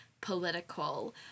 political